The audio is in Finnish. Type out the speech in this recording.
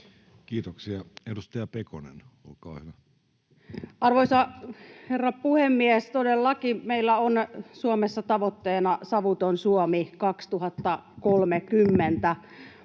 Kiitoksia. — Edustaja Pekonen, olkaa hyvä. Arvoisa herra puhemies! Todellakin meillä on Suomessa tavoitteena savuton Suomi 2030,